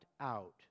out